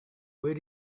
where